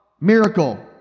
miracle